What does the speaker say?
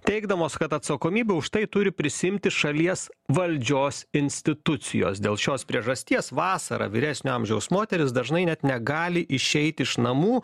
teigdamos kad atsakomybę už tai turi prisiimti šalies valdžios institucijos dėl šios priežasties vasarą vyresnio amžiaus moterys dažnai net negali išeit iš namų